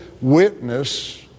witness